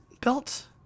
belt